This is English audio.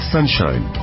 Sunshine